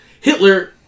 Hitler